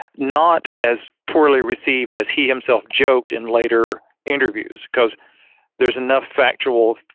not as poorly received, as he himself joked in later interviews because there's enough factual,